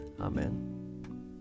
Amen